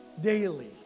daily